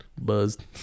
buzzed